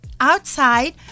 outside